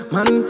Man